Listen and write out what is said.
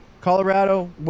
Colorado